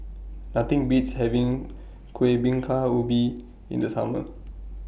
Nothing Beats having Kueh Bingka Ubi in The Summer